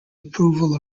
approval